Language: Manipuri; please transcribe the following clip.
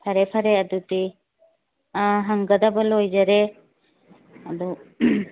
ꯐꯔꯦ ꯐꯔꯦ ꯑꯗꯨꯗꯤ ꯑꯥ ꯍꯪꯒꯗꯕ ꯂꯣꯏꯖꯔꯦ ꯑꯗꯨ